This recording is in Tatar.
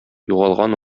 югалган